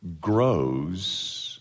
grows